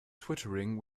twittering